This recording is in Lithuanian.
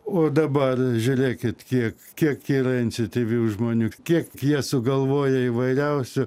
o dabar žiūrėkit kiek kiek yra iniciatyvių žmonių kiek jie sugalvoja įvairiausių